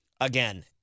Again